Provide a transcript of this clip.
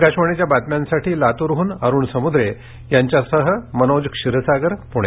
आकाशवाणीच्या बातम्यांसाठी लातुरून अरुण समुद्रे यांच्यासाह मनोज क्षीरसामर पुणे